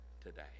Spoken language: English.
today